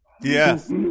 Yes